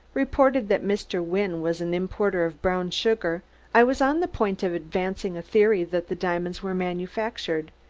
reported that mr. wynne was an importer of brown sugar i was on the point of advancing a theory that the diamonds were manufactured,